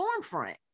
Stormfront